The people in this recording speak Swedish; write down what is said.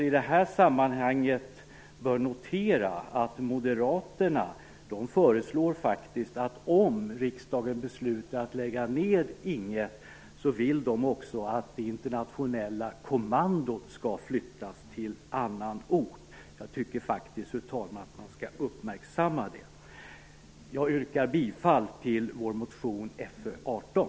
I det här sammanhanget bör det kanske noteras att Moderaterna vill att det internationella kommandot, om riksdagen beslutar att lägga ned Fru talman! Jag yrkar bifall till vår motion Fö18.